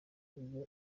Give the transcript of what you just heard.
ibyo